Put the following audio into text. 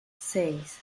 seis